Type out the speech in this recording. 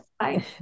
Hi